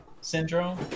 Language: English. syndrome